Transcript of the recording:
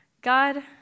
God